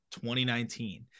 2019